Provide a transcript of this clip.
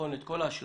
לבחון את כל ההשלכות